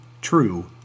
True